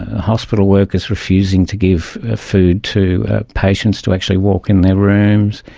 hospital workers refusing to give food to patients, to actually walk in their rooms.